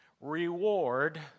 Reward